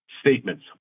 statements